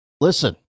listen